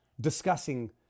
discussing